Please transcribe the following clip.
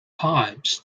pipes